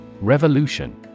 Revolution